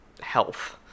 health